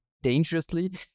Dangerously